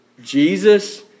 Jesus